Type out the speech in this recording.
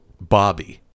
Bobby